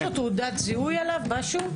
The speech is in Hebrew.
יש לו תעודת זיהוי עליו, משהו?